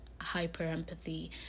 hyper-empathy